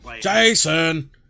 jason